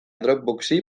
dropboxi